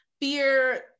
fear